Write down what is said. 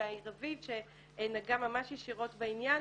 אולי רביב שנגע ממש ישירות בעניין.